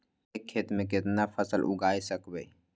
एक खेत मे केतना फसल उगाय सकबै?